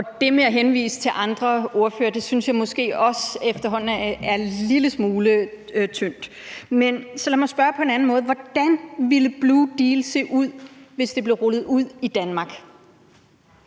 det med at henvise til andre ordførere synes jeg måske også efterhånden er en lille smule tyndt. Men så lad mig spørge på en anden måde: Hvordan ville Blue Deal se ud, hvis det blev rullet ud i Danmark?